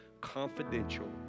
confidential